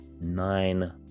nine